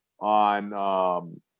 on